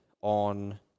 on